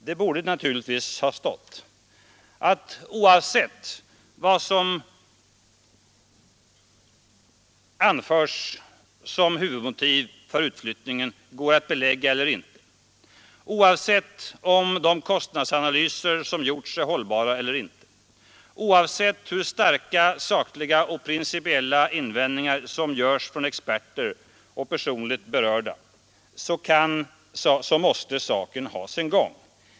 Det borde naturligtvis ha stått att oavsett om vad som anförs som huvudmotiv för utflyttningen går att belägga eller inte, oavsett om de kostnadsanalyser som gjorts är hållbara eller inte, oavsett hur starka sakliga och principiella invändningar som görs från experter och personligt berörda, så måste saken ha sin gång.